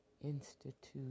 Institute